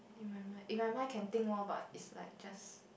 in my mind in my mind can think orh but is like just